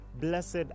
blessed